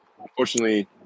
unfortunately